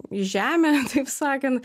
į žemę taip sakan